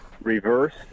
reverse